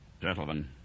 Gentlemen